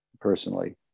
personally